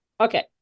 Okay